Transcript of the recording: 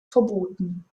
verboten